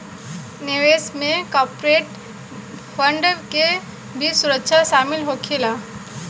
निवेश में corporate bond के भी सुरक्षा शामिल होखेला